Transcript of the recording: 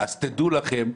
אז תדעו לכם,